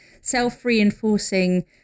self-reinforcing